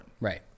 Right